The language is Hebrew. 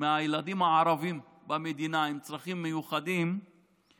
מהילדים הערבים במדינה עם צרכים מיוחדים,